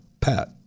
PAT